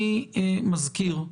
אני מזכיר,